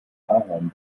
ahorn